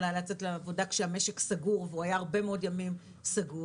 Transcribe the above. לצאת לעבודה כשהמשק סגור והוא היה הרבה מאוד ימים סגור,